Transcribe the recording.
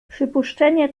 przypuszczenie